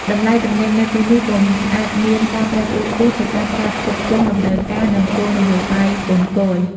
តម្លៃទំនិញនៅទីនោះក៏អាចមាន ការប្រែប្រួលខ្ពស់ ទៅតាមការផ្គត់ផ្គង់ តម្រូវការ និងគោលនយោបាយពន្ធគយ។